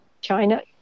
china